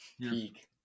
peak